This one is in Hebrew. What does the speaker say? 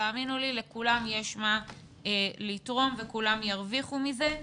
תאמינו לי, לכולם יש מה לתרום וכולם ירוויחו מזה.